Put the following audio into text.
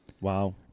Wow